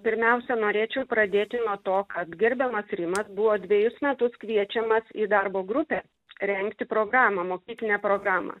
pirmiausia norėčiau pradėti nuo to kad gerbiamas rimas buvo dvejus metus kviečiamas į darbo grupę rengti programą mokyklinę programą